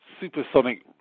supersonic